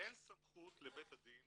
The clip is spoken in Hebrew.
אין סמכות לבית הדין